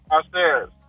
upstairs